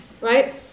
right